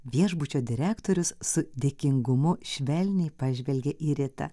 viešbučio direktorius su dėkingumu švelniai pažvelgė į ritą